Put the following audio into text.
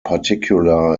particular